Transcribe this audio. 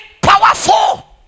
powerful